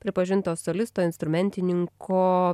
pripažinto solisto instrumentininko